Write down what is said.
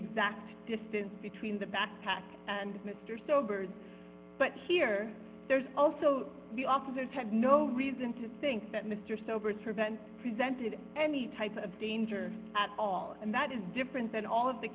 exact distance between the backpack and mr sobered but here there's also the officers had no reason to think that mr sober to prevent presented any type of danger at all and that is different than all of the